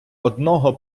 одного